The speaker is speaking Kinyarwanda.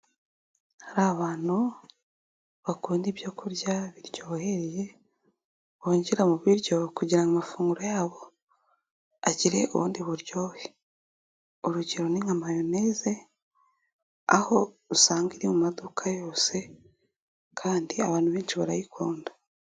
Hari abantu bakunda ibyo kurya biryohereye bongera mu biryo kugira ngo amafunguro yabo agire ubundi buryohe, urugero ni nka mayoneze aho usanga iri mu maduka yose kandi abantu benshi barayikunda.